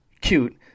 cute